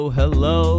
hello